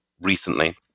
recently